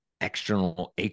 External